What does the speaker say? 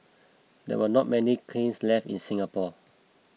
there are not many kilns left in Singapore